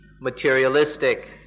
materialistic